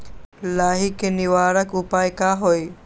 लाही के निवारक उपाय का होई?